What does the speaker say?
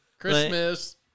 Christmas